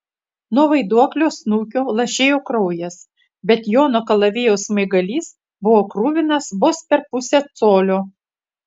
nuo vaiduoklio snukio lašėjo kraujas bet jono kalavijo smaigalys buvo kruvinas vos per pusę colio